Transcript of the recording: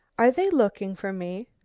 are they looking for me?